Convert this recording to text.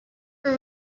for